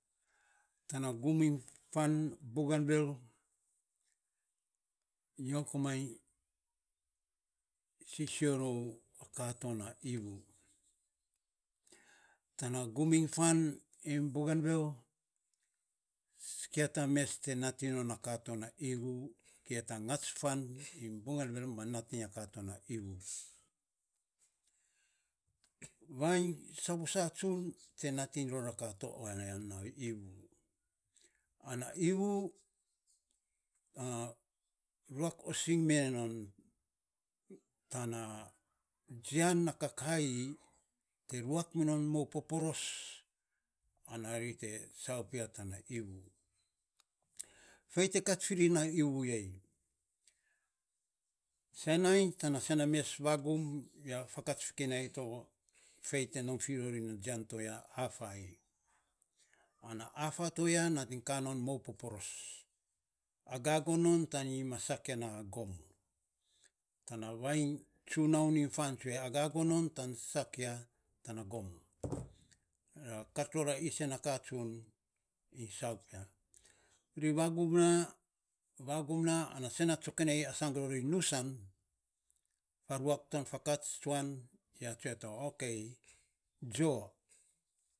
Tana gum in fan boganvile nyo komainy siisio rou ka to na iivu. Tana gum iny fan iny boganvile sikia ta mes nat iny non aka tomiivuge ta ngats fan bougainvile ma nat iny aka to na iivu. Vainy saposa tsun te nat iny ror a ka to ya na iivu, ana iivu o, ruak osiny me non tana jian a kakaii, te ruak minon mou poporos, ana ri te sauf ya tana iivu. Fei te kat fiiri na iivu ei? Sen nainy tana sen na mes vaagum ya faakats fainai to, fei te nom firori ei a jian to aya affa ei? Ana affa tiya nat iny ka non mou poporos, agagon non tan nyi ma sak ya na goom. Tan vainy tsunaun iny fan tsue, agagon non ta sak ya tana goom. Ra kat ror a isen na ka tsun iny sauf ya. Ri vaagum na, vaagum na, ana isen na tsokanei asang korori nosan. Faa ruak to faakat tsuan ya tsue to, okei, jio,